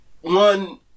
one